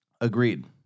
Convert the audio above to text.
Agreed